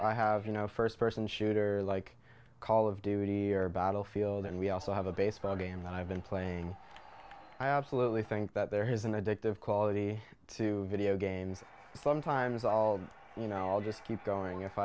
i have you know first person shooter like call of duty or battlefield and we also have a baseball game and i've been playing i absolutely think that there is an addictive quality to video games that sometimes all you know i'll just keep going if